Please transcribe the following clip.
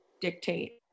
dictate